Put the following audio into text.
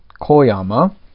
koyama